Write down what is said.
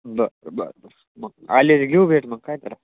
बरं बरं बं मग आलेले घेऊ भेट मग काय करा